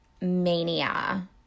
mania